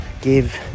give